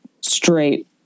straight